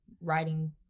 writing